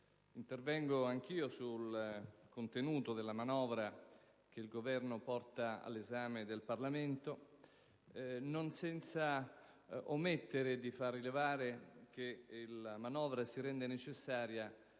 intervengo anch'io sul contenuto della manovra che il Governo porta all'esame del Parlamento non senza omettere di far rilevare che la manovra si rende necessaria